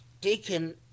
taken